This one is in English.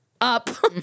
up